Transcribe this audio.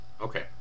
Okay